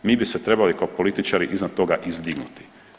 Mi bi se trebali kao političari iznad toga izdignuti.